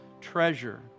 treasure